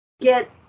Get